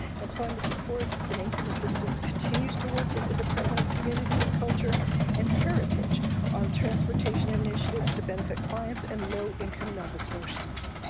employment supports and income assistance continues to work with the department of communities, culture and heritage on transportation initiative toss benefit clients and low income nova scotians.